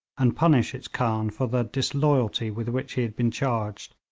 and punish its khan for the disloyalty with which he had been charged,